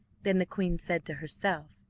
than the queen said to herself,